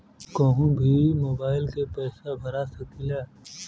कन्हू भी मोबाइल के पैसा भरा सकीला?